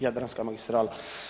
Jadranska magistrala.